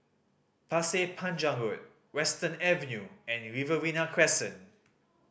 Pasir Panjang Road Western Avenue and Riverina Crescent